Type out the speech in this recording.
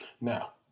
Now